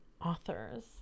authors